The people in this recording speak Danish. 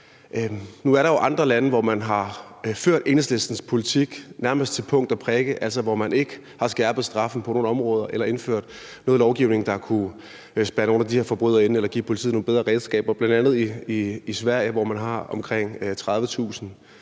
Nu er der jo andre lande, hvor man har ført Enhedslistens politik nærmest til punkt og prikke, altså hvor man ikke har skærpet straffene på nogen områder eller indført noget lovgivning, der kunne spærre nogle af de her forbrydere inde eller give politiet nogle bedre redskaber, bl.a. i Sverige, hvor man har omkring 30.000